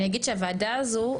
אני אגיד שהוועדה הזו,